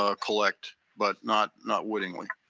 ah collect, but not not wittingly.